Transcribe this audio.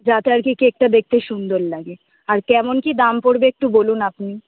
যাতে আর কি কেকটা দেখতে সুন্দর লাগে আর কেমন কী দাম পড়বে একটু বলুন আপনি